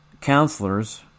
counselors